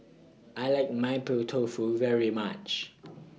I like Mapo Tofu very much